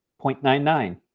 0.99